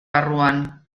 barruan